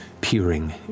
peering